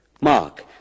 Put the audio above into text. mark